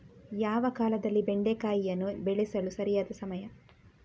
ಯಾವ ಕಾಲದಲ್ಲಿ ಬೆಂಡೆಕಾಯಿಯನ್ನು ಬೆಳೆಸಲು ಸರಿಯಾದ ಸಮಯ?